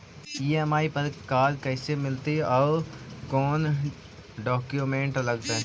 EMI पर car कैसे मिलतै औ कोन डाउकमेंट लगतै?